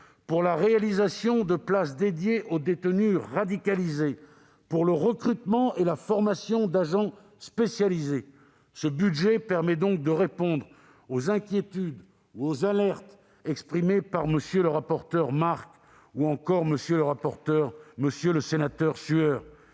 pour la réalisation de places dédiées aux détenus radicalisés, pour le recrutement et la formation d'agents spécialisés. Ce budget permet donc de répondre aux inquiétudes ou aux alertes exprimées par M. le rapporteur pour avis Marc, ou encore M. le sénateur Sueur.